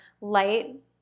light